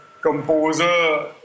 composer